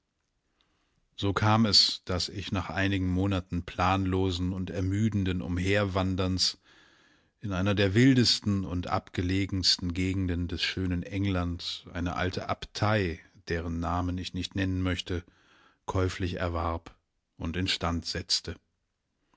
so kam es daß ich nach einigen monaten planlosen und ermüdenden umherwanderns in einer der wildesten und abgelegensten gegenden des schönen england eine alte abtei deren namen ich nicht nennen möchte käuflich erwarb und instand setzte